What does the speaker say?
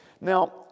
Now